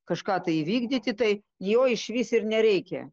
kažką tai įvykdyti tai jo išvis ir nereikia